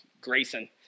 Grayson